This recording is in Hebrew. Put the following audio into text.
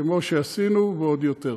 כמו שעשינו, ועוד יותר.